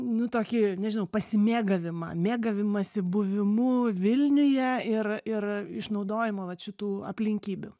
nu tokį nežinau pasimėgavimą mėgavimąsi buvimu vilniuje ir ir išnaudojimo vat šitų aplinkybių